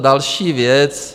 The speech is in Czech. Další věc.